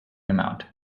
amount